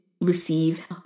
receive